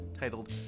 titled